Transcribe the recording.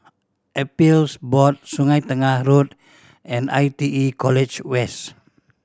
Appeals Board Sungei Tengah Road and I T E College West